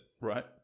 right